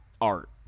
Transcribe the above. art